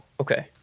okay